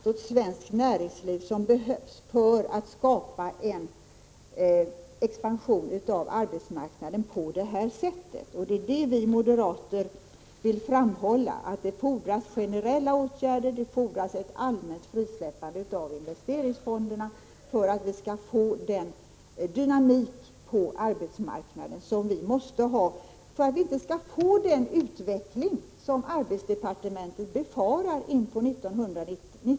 På det här sättet ger man inte den expansionskraft åt 29 maj 1986 svenskt näringsliv som behövs för att skapa en växande arbetsmarknad. Vi moderater vill framhålla att det fordras generella åtgärder, ett allmänt frisläppande av investeringsfonderna, för att vi skall få den dynamik på arbetsmarknaden som krävs för att utvecklingen på 1990-talet inte skall bli den som arbetsmarknadsdepartementet befarar.